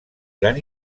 gran